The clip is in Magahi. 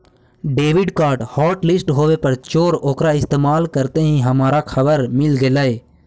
डेबिट कार्ड हॉटलिस्ट होवे पर चोर ओकरा इस्तेमाल करते ही हमारा खबर मिल गेलई